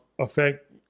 affect